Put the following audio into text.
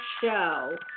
show